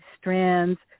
strands